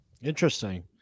Interesting